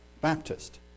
Baptist